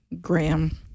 Graham